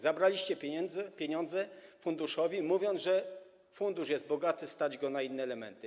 Zabraliście pieniądze funduszowi, mówiąc, że fundusz jest bogaty, stać go na inne elementy.